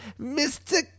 Mr